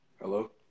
Hello